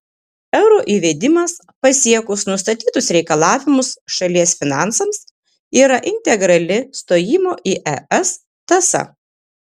euro įvedimas pasiekus nustatytus reikalavimus šalies finansams yra integrali stojimo į es tąsa